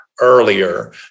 earlier